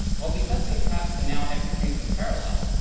well because these tabs can now execute in parallel,